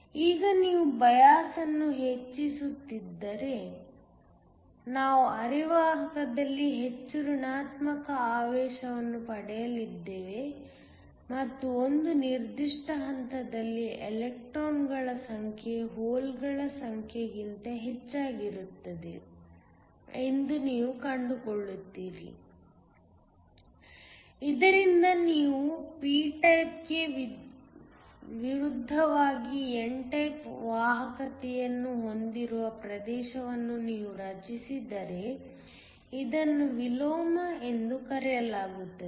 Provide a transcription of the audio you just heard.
ಈಗ ನೀವು ಬಯಾಸ್ಅನ್ನು ಹೆಚ್ಚಿಸುತ್ತಿದ್ದರೆ ನಾವು ಅರೆವಾಹಕದಲ್ಲಿ ಹೆಚ್ಚು ಋಣಾತ್ಮಕ ಆವೇಶವನ್ನು ಪಡೆಯಲಿದ್ದೇವೆ ಮತ್ತು ಒಂದು ನಿರ್ದಿಷ್ಟ ಹಂತದಲ್ಲಿ ಎಲೆಕ್ಟ್ರಾನ್ಗಳ ಸಂಖ್ಯೆಯು ಹೋಲ್ಗಳ ಸಂಖ್ಯೆಗಿಂತ ಹೆಚ್ಚಾಗಿರುತ್ತದೆ ಎಂದು ನೀವು ಕಂಡುಕೊಳ್ಳುತ್ತೀರಿ ಇದರಿಂದ ನೀವು p ಟೈಪ್ಗೆ ವಿರುದ್ಧವಾಗಿ n ಟೈಪ್ ವಾಹಕತೆಯನ್ನು ಹೊಂದಿರುವ ಪ್ರದೇಶವನ್ನು ನೀವು ರಚಿಸಿದರೆ ಇದನ್ನು ವಿಲೋಮ ಎಂದು ಕರೆಯಲಾಗುತ್ತದೆ